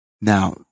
now